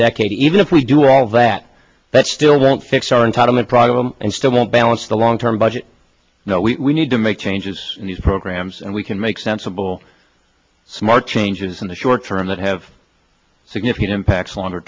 decade even if we do all that but still won't fix our entitlement problem and still won't balance the long term budget know we need to make changes in these programs and we can make sensible smart changes in the short term that have significant impacts longer